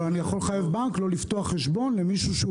אבל אני יכול לחייב לא לפתוח חשבון למישהו,